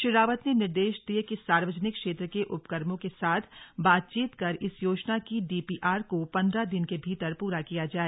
श्री रावत ने निर्देश दिए कि सार्वजनिक क्षेत्र के उपक्रमों के साथ बातचीत कर इस योजन की डीपीआर को पन्द्रह दिन के भीतर पूरा किया जाए